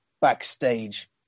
backstage